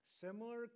Similar